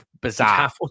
bizarre